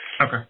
Okay